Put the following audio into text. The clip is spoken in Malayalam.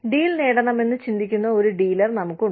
ഡീൽ നേടണമെന്ന് ചിന്തിക്കുന്ന ഒരു ഡീലർ നമുക്കുണ്ട്